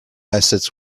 assets